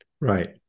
right